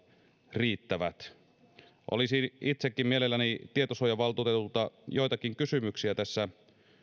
riittävät olisin itsekin mielelläni tietosuojavaltuutetulta joitakin kysymyksiä tässä